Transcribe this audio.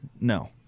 No